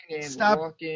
Stop